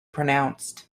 pronounced